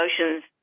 emotions